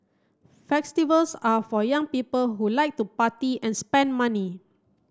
festivals are for young people who like to party and spend money